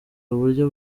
uburyo